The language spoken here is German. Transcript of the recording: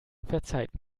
verzeiht